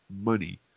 money